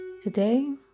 Today